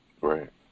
Right